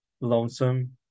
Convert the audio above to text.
lonesome